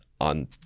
on